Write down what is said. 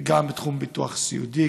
גם בתחום הביטוח הסיעודי,